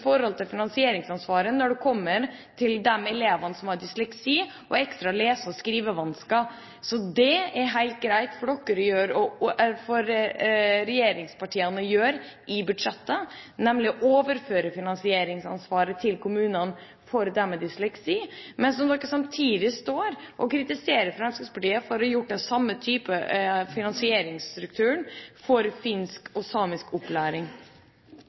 forhold til finansieringsansvaret når det gjelder de elevene som har dysleksi og ekstra lese- og skrivevansker. Det er det helt greit for regjeringspartiene å gjøre i budsjettet, nemlig å overføre finansieringsansvaret for dem med dysleksi til kommunene. Men samtidig står dere og kritiserer Fremskrittspartiet for å ha den samme typen finansieringsstruktur for finsk og samisk opplæring.